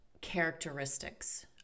characteristics